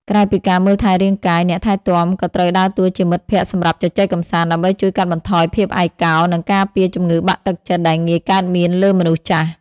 ក្រៅពីការមើលថែរាងកាយ អ្នកថែទាំក៏ត្រូវដើរតួជាមិត្តភក្តិសម្រាប់ជជែកកម្សាន្ត ដើម្បីជួយកាត់បន្ថយភាពឯកោ និងការពារជំងឺបាក់ទឹកចិត្តដែលងាយកើតមានលើមនុស្សចាស់។